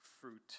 fruit